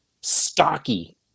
stocky